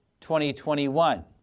2021